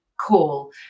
call